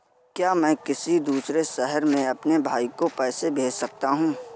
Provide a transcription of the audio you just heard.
क्या मैं किसी दूसरे शहर में अपने भाई को पैसे भेज सकता हूँ?